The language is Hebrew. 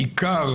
עיקר